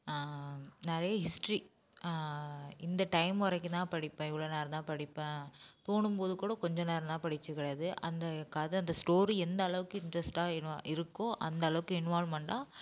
நிறைய ஹிஸ்ட்ரி இந்த டைம் வரைக்கும் தான் படிப்பேன் இவ்வளோ நேரம் தான் படிப்பேன் தோணும்போது கூட கொஞ்ச நேரலாம் படிச்சது கிடையாது அந்த கதை அந்த ஸ்டோரி எந்த அளவுக்கு இன்ட்ரெஸ்ட்டாக இரு இருக்கோ அந்த அளவுக்கு இன்வால்வ்மண்டாக